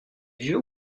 vieux